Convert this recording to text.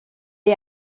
est